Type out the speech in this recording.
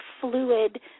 fluid